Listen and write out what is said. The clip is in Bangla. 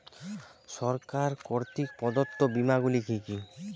সরকার কর্তৃক প্রদত্ত বিমা গুলি কি কি?